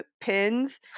pins